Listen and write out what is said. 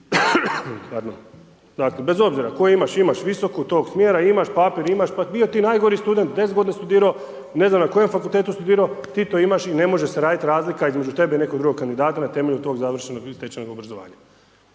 bez obzira koje imaš, imaš visoku tog smjera, imaš papir, bio ti najgori student, 10 g. studirao, ne znam na kojem fakultetu studirao, ti to imaš i ne može se raditi razlika između tebe i nekog drugog kandidata na temelju tvog završenog stečenog obrazovanja.